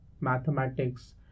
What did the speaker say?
mathematics